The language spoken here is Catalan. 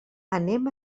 anem